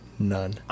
None